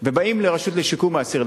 ובאים לרשות לשיקום האסיר.